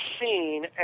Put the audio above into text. seen